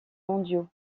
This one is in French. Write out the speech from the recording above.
mondiaux